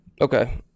Okay